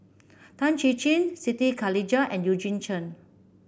Tan Chin Chin Siti Khalijah and Eugene Chen